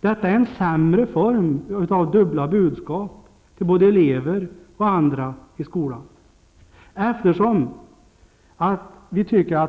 Det är en sämre form av dubbla budskap till både elever och andra i skolan.